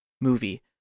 movie